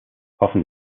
hoffen